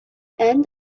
end